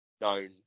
known